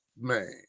Man